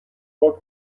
حکم